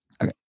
Okay